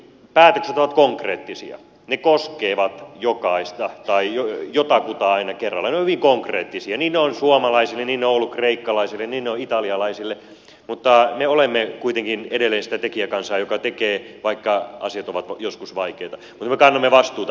ne päätökset ovat konkreettisia ne koskevat jokaista tai jotakuta aina kerrallaan ja ne ovat hyvin konkreettisia niin ne ovat suomalaisille niin ne ovat olleet kreikkalaisille niin ne ovat italialaisille mutta me olemme kuitenkin edelleen sitä tekijäkansaa joka tekee vaikka asiat ovat joskus vaikeita mutta me kannamme vastuuta